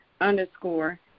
underscore